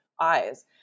eyes